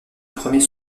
premier